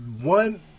one